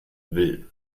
will